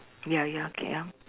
ya ya okay ya